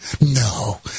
No